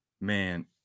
man